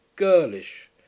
girlish